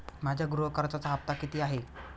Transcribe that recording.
माझ्या गृह कर्जाचा हफ्ता किती आहे?